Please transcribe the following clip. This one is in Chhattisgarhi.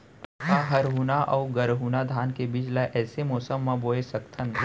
का हरहुना अऊ गरहुना धान के बीज ला ऐके मौसम मा बोए सकथन?